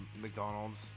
McDonald's